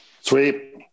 Sweet